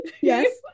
Yes